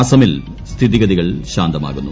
അസമിൽ സ്ഥിതിഗതികൾ ശാന്തമാകുന്നു